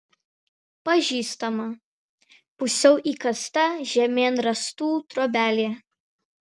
pažįstama pusiau įkasta žemėn rąstų trobelė